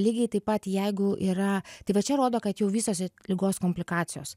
lygiai taip pat jeigu yra tai va čia rodo kad jau vystosi ligos komplikacijos